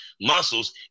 muscles